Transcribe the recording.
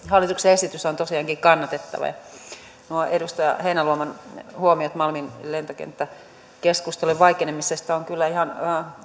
hallituksen esitys on tosiaankin kannatettava nuo edustaja heinäluoman huomiot malmin lentokenttäkeskustelun vaikenemisesta ovat kyllä ihan